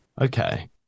Okay